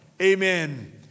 amen